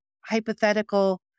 hypothetical